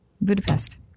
Budapest